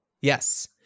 Yes